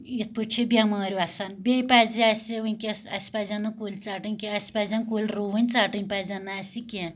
یِتھ پٲٹھۍ چھ بیٚمٲرۍ وَسان بیٚیہِ پَزِ اسہِ وٕنکیٚس اسہِ پَزن نہٕ کُلۍ ژَٹن کینٛہہ اسہِ پزن کُلۍ رُوٕنۍ ژَٹن پَزن نہٕ اَسہِ کینٛہہ